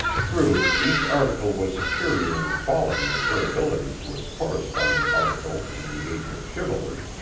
true, each article was superior in quality and durability to its corresponding article in the age of chivalry,